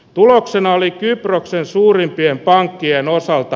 tuloksena oli kierroksen suurimpien pankkien osalta